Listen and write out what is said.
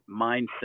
mindset